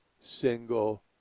single